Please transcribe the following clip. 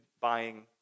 buying